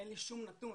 אין לי שום נתון